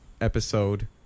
episode